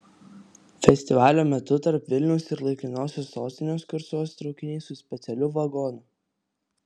festivalio metu tarp vilniaus ir laikinosios sostinės kursuos traukinys su specialiu vagonu